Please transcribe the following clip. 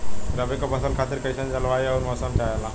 रबी क फसल खातिर कइसन जलवाय अउर मौसम चाहेला?